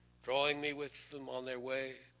drawing me with them on their way,